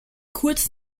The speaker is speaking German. kurz